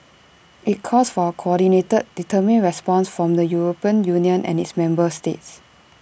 IT calls for A coordinated determined response from the european union and its member states